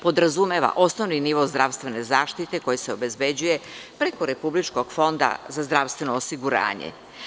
Podrazumeva osnovni nivo zdravstvene zaštite koji se obezbeđuje preko Republičkog fonda za zdravstveno osiguranje.